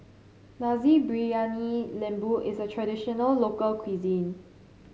Nasi Briyani Lembu is a traditional local cuisine